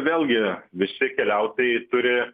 vėlgi visi keliautojai turi